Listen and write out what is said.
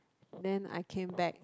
then I came back